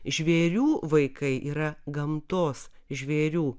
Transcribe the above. žvėrių vaikai yra gamtos žvėrių